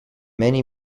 many